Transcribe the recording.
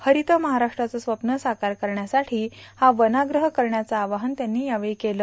हरित महाराष्ट्राचे स्वप्न साकार करण्यासाठी हा वनाग्रह करण्याचं आवाहन त्यांनी यावेळी केलं